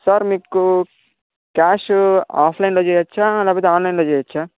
sir మీకు cash ఆఫ్లైన్లో చేయచ్చా లేకపోతే ఆన్లైన్లో చేయచ్చా